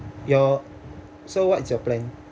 your so what's your plan